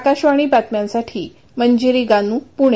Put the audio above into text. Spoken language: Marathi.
आकाशवाणी बातम्यांसाठी मंजिरी गानू पुणे